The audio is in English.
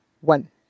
one